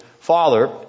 father